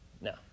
No